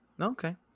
okay